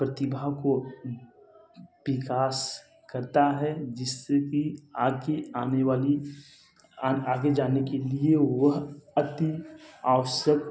प्रतिभा को विकास करता हैं जिससे कि आगे आने वाली आगे जाने के लिए वह अति आवश्यक